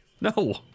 No